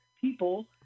people